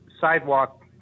sidewalk